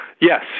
Yes